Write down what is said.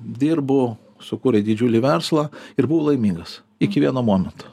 dirbo sukūrė didžiulį verslą ir buvo laimingas iki vieno momento